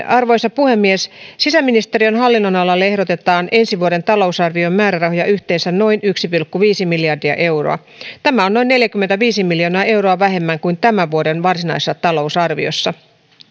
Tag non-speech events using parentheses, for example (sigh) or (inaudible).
(unintelligible) arvoisa puhemies sisäministeriön hallinnonalalle ehdotetaan ensi vuoden talousarvion määrärahoja yhteensä noin yksi pilkku viisi miljardia euroa tämä on noin neljäkymmentäviisi miljoonaa euroa vähemmän kuin tämän vuoden varsinaisessa talousarviossa